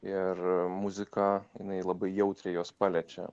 ir muzika jinai labai jautriai juos paliečia